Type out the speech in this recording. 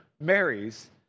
marries